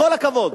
בכל הכבוד,